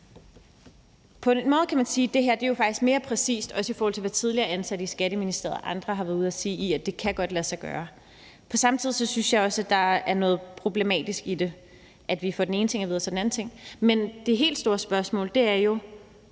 På en måde kan man sige, at det her er faktisk er mere præcist i at sige – også i forhold til hvad tidligere ansatte i Skatteministeriet og andre har været ude og sige – at det godt kan lade sig gøre. Samtidig synes jeg også, der er noget problematisk i det, at vi får den ene ting at vide og så den anden ting, men det helt store spørgsmål er jo: